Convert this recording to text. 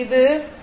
இது கிலோ Ω